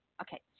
Okay